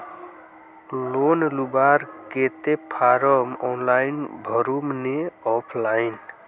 Loan लुबार केते form online भरुम ने ऑफलाइन?